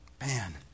man